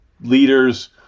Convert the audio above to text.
leaders